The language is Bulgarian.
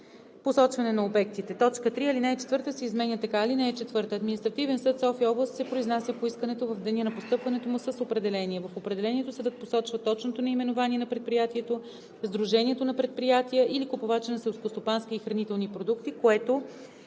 посочване на обектите;“ 3. Алинея 4 се изменя така: „(4) Административен съд – София област, се произнася по искането в деня на постъпването му с определение. В определението съдът посочва точното наименование на предприятието, сдружението на предприятия или купувача на селскостопански и хранителни продукти, което